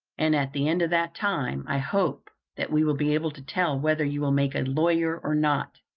and at the end of that time i hope that we will be able to tell whether you will make a lawyer or not.